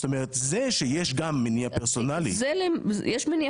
זאת אומרת, זה שיש גם מניע פרסונלי -- יש מניע